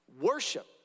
Worship